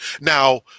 Now